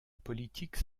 politique